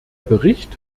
bericht